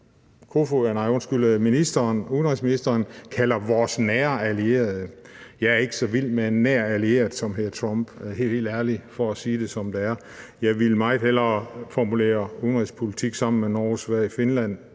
af det, som udenrigsministeren kalder vores nære allierede. Jeg er helt ærligt ikke så vild med en nær allieret, som hedder Trump, for at sige det, som det er. Jeg ville meget hellere formulere udenrigspolitik sammen med Norge, Sverige, Finland,